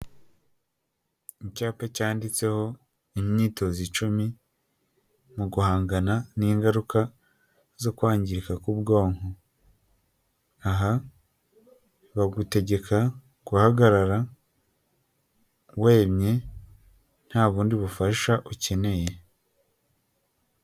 Icyapa cyanditseho imyitozo icumi; mu guhangana n'ingaruka zo kwangirika k'ubwonko; aha bagutegeka guhagarara wemye; nta bundi bufasha ukeneye.